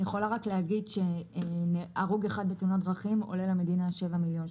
אני יכולה רק להגיד שהרוג אחד בתאונת דרכים עולה למדינה 7 שקלים.